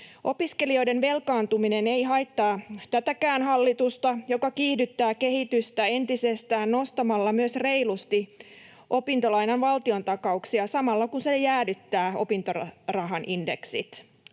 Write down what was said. Opiskelijoiden velkaantuminen ei haittaa tätäkään hallitusta, joka kiihdyttää kehitystä entisestään nostamalla myös reilusti opintolainan valtiontakauksia samalla, kun se jäädyttää opintorahan indeksit.